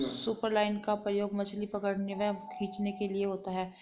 superline का प्रयोग मछली पकड़ने व खींचने के लिए होता है